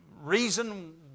reason